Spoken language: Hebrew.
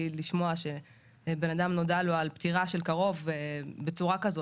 לשמוע שבן אדם נודע לו על פטירה של קרוב בצורה כזו,